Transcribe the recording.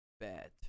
Bad